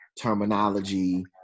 terminology